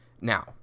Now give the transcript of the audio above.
Now